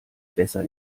besser